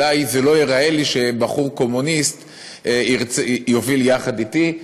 אולי זה לא ייראה לי שבחור קומוניסט יוביל יחד אתי.